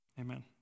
Amen